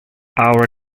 our